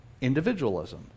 individualism